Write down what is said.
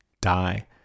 die